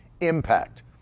impact